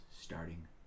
starting